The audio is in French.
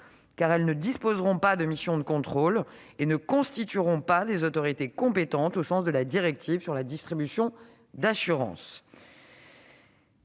car elles ne disposeront pas de mission de contrôle et ne constitueront pas des autorités compétentes au sens de la directive sur la distribution d'assurances.